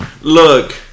Look